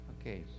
okay